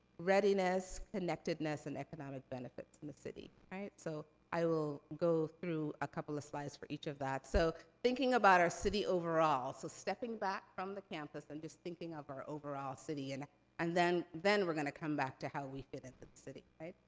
readiness, connectedness, and economic benefits in the city, right? so, i will go through a couple of slides for each of that. so, thinking about our city overall, so stepping back from the campus and just thinking of our overall city, and and then then we're gonna come back to how we fit in the city. okay,